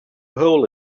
hole